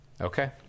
Okay